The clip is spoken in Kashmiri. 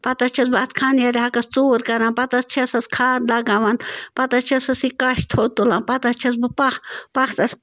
پتہٕ حظ چھَس بہٕ اَتھ خانیٲرۍ ہاکَس ژوٗر کَران پتہٕ حظ چھَسَس کھاد لَگاوان پتہٕ حظ چھَسَس یہِ کَچھ تھوٚد تُلان پتہٕ حظ چھَس بہٕ پَہہ پاتھَس